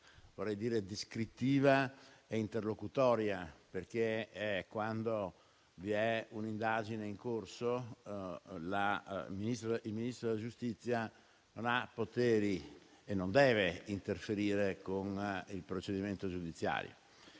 esclusivamente descrittiva e interlocutoria, perché quando vi è un'indagine in corso il Ministro della giustizia non ha poteri e non deve interferire con il procedimento giudiziario.